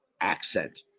accent